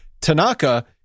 Tanaka